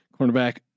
Cornerback